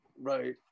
right